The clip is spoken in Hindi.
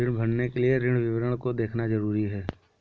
ऋण भरने के लिए ऋण विवरण को देखना ज़रूरी है